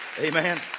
Amen